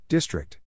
District